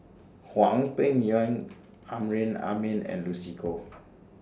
Hwang Peng Yuan Amrin Amin and Lucy Koh